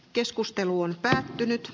keskustelu on ed